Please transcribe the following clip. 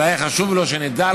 זה היה חשוב לו שנדע על כך,